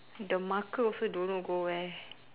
the marker also don't know go where